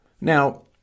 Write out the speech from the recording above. now